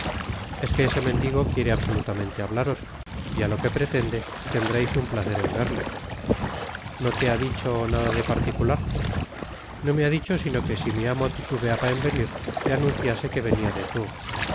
es que ese mendigo quiere absolutamente hablaros y á lo que pretende tendreis un placer en verle no te ha dicho nada de particular no me ha dicho sino que si mi amo titubeaba en venir le anunciase que venia de tours